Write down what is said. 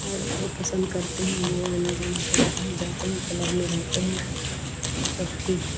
और जो पसन्द करते हैं वह आना जाना करते हैं जाते हैं क्लब में रहते हैं वह सब ठीक है